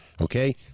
Okay